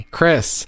Chris